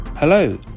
Hello